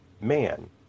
man